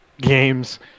games